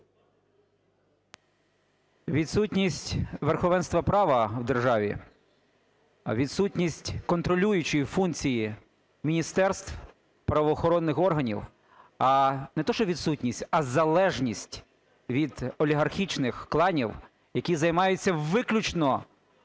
Відсутність верховенства права в державі, відсутність контролюючої функції міністерств, правоохоронних органів, не те що відсутність, а залежність від олігархічних кланів, які займаються виключно